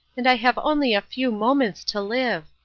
and i have only a few moments to live.